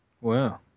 Wow